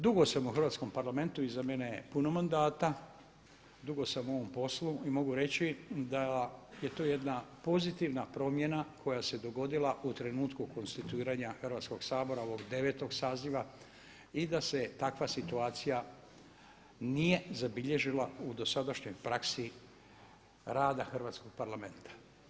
Dugo sam u Hrvatskom parlamentu, iza mene je puno mandata, dugo sam u ovom poslu i mogu reći da je to jedna pozitivna promjena koja se dogodila u trenutku konstituiranja Hrvatskog sabora, ovog 9. saziva i da se takva situacija nije zabilježila u dosadašnjoj praksi rada Hrvatskog parlamenta.